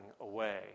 away